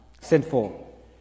sinful